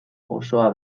osoa